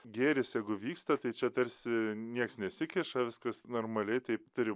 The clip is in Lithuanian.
gėris jeigu vyksta tai čia tarsi nieks nesikiša viskas normaliai taip turi